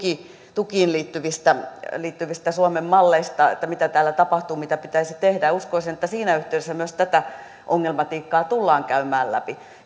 tukiin liittyvistä liittyvistä suomen malleista mitä täällä tapahtuu mitä pitäisi tehdä uskoisin että siinä yhteydessä myös tätä ongelmatiikkaa tullaan käymään läpi